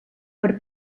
per